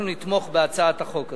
אנחנו נתמוך בהצעת החוק הזאת.